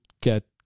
get